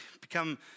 become